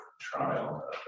trial